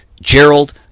gerald